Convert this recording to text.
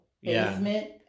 basement